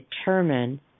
determine